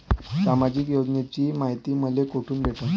सामाजिक योजनेची मायती मले कोठून भेटनं?